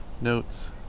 notes